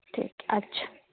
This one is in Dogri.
ठीक ऐ अच्छा